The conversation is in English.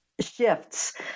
shifts